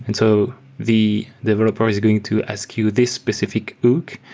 and so the developer is going to ask you this specific hook,